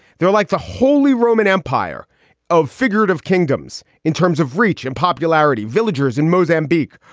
they're like the holy roman empire of figgered of kingdoms in terms of reach and popularity. villagers in mozambique.